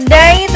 day